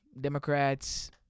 Democrats